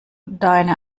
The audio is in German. deine